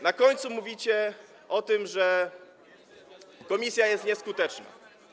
Na końcu mówicie o tym, że komisja jest nieskuteczna.